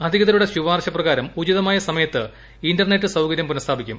അധികൃതരുടെ ശുപാർശപ്രകാരം ഉചിതമായ സമയത്ത് ഇന്റർനെറ്റ് സൌകര്യം പുനഃസ്ഥാപിക്കും